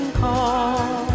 call